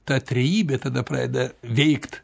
ta trejybė tada pradeda veikt